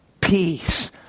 peace